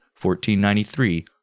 1493